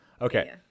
Okay